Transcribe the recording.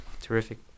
Terrific